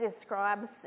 describes